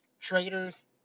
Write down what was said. Traitors